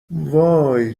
وای